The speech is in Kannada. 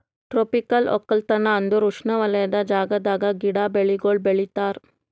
ಟ್ರೋಪಿಕಲ್ ಒಕ್ಕಲತನ ಅಂದುರ್ ಉಷ್ಣವಲಯದ ಜಾಗದಾಗ್ ಗಿಡ, ಬೆಳಿಗೊಳ್ ಬೆಳಿತಾರ್